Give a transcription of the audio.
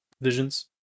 visions